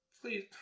Please